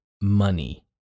money